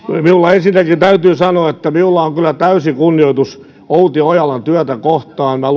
ensinnäkin minun täytyy sanoa että minulla on kyllä täysi kunnioitus outi ojalan työtä kohtaan minä